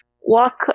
walk